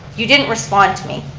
you didn't respond to me,